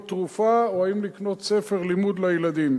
תרופה או אם לקנות ספר לימוד לילדים.